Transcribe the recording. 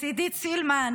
עידית סילמן,